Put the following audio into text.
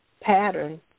pattern